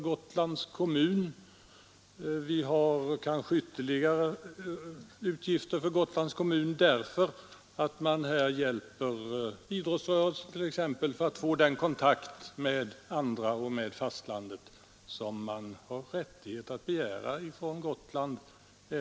Gotlands kommun får kanske bära andra höjda utgifter, eftersom man hjälper t.ex. idrottsföreningar att få kontakt med fastlandet, något som dessa har rätt att begära.